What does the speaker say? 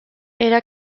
era